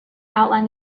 outline